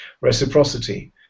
reciprocity